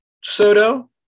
Soto